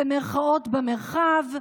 במירכאות, במרחב,